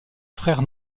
frère